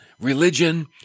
religion